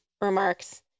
remarks